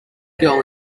girl